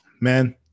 man